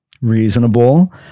Reasonable